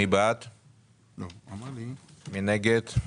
מי נגד?